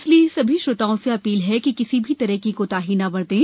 इसलिए सभी श्रोताओं से अपील है कि किसी भी तरह की कोताही न बरतें